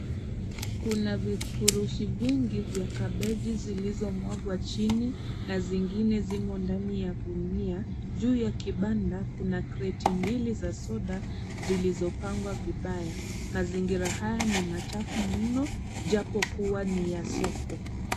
Kuna vifurushi vingi vya kabeji zilizomwagwa chini na zingine zimo ndani ya gunia. Juu ya kibanda, kuna kreti mbili za soda zilizopangwa vibaya. Mazingira haya ni machafu mno japo kuwa ni ya soko.